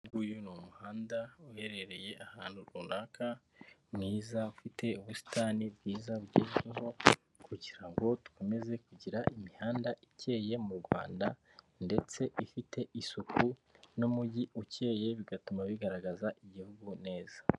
Uyu ni umuhanda uherereye ahantu runaka mwiza, ufite ubusitani bwiza bugezweho kugira ngo dukomeze kugira imihanda ikeye mu Rwanda ndetse ifite isuku n'umujyi ucyeye bigatuma bigaragaza igihugu neza.